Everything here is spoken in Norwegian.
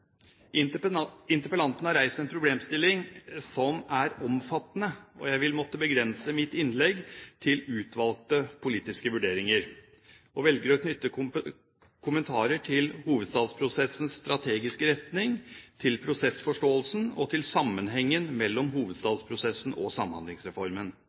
Interpellanten har reist en problemstilling som er omfattende, og jeg vil måtte begrense mitt innlegg til utvalgte politiske vurderinger. Jeg velger å knytte kommentarer til hovedstadsprosessens strategiske retning, til prosessforståelsen og til sammenhengen mellom